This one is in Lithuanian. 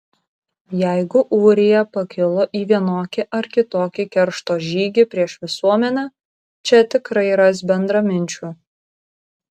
jeigu ūrija pakilo į vienokį ar kitokį keršto žygį prieš visuomenę čia tikrai ras bendraminčių